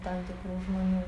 tam tikrų žmonių